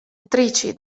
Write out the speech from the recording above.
attrici